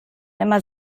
immer